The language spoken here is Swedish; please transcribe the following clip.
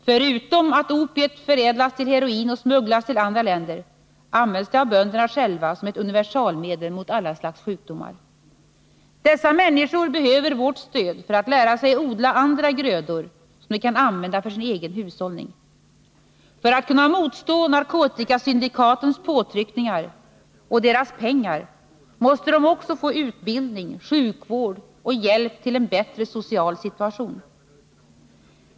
Förutom att opiet förädlas till heroin och smugglas till andra länder används det av bönderna själva som ett universalmedel mot alla slags sjukdomar. Dessa människor behöver vårt stöd för att lära sig odla andra grödor, som de kan använda för sin egen hushållning. För att kunna motstå narkotikasyndikatens påtryckningar och pengar måste de också få utbildning, sjukvård och hjälp till en bättre social situation.